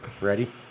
Ready